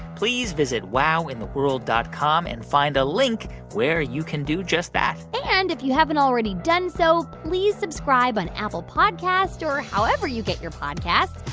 please visit wowintheworld dot com and find a link where you can do just that and if you haven't already done so, please subscribe on apple podcasts or however you get your podcasts.